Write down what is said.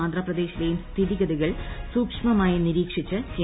ആന്ധ്രാപ്രദേശിലെയും സ്ഥിതിഗതികൾ സൂക്ഷ്മമായി നിരീക്ഷിച്ച് കേന്ദ്രസർക്കാർ